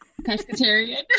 pescatarian